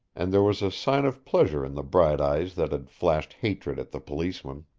and there was a sign of pleasure in the bright eyes that had flashed hatred at the policeman.